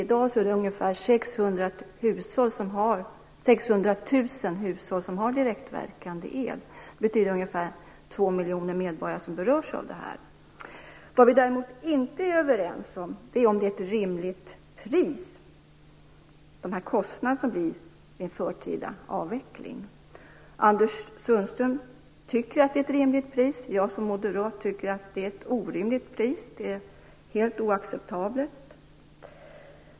I dag är det ungefär 600 000 hushåll som har direktverkande el. Det betyder att ungefär 2 miljoner medborgare berörs av detta. Däremot är vi inte överens om huruvida de kostnader som blir vid en förtida avveckling är rimliga. Anders Sundström tycker att det är ett rimligt pris. Jag som moderat tycker att det är ett orimligt pris. Det är helt oacceptabelt.